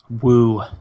woo